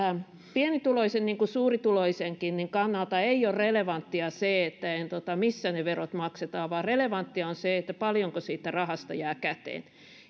pienituloisen niin kuin ei suurituloisenkaan kannalta ole relevanttia se missä ne verot maksetaan vaan relevanttia on se paljonko siitä rahasta jää käteen